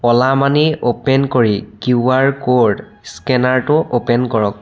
Ola money open কৰি Q R code স্কেনাৰটো open কৰক